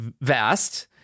vast